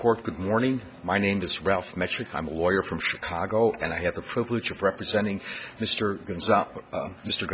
court good morning my name is ralph metric i'm a lawyer from chicago and i had the privilege of representing mister m